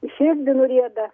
į širdį nurieda